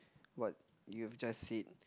what you have just said